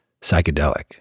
psychedelic